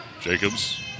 Jacobs